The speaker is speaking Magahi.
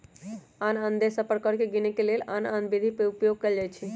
आन आन देश सभ में कर के गीनेके के लेल आन आन विधि के उपयोग कएल जाइ छइ